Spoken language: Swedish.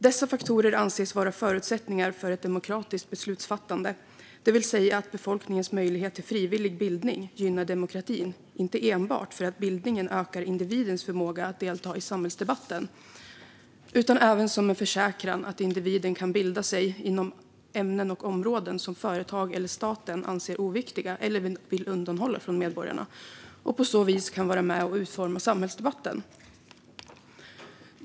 Dessa faktorer anses vara förutsättningar för ett demokratiskt beslutsfattande, det vill säga att befolkningens möjlighet till frivillig bildning gynnar demokratin - inte enbart för att bildningen ökar individens förmåga att delta i samhällsdebatten utan även som en försäkran om att individen kan bilda sig inom ämnen och områden som företag eller staten anser oviktiga eller vill undanhålla från medborgarna och på så vis kan vara med och utforma samhällsdebatten.